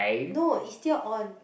no is still on